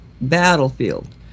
battlefield